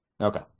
Okay